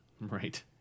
Right